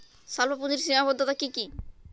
স্বল্পপুঁজির সীমাবদ্ধতা কী কী?